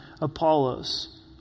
Apollos